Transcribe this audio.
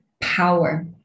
power